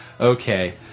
Okay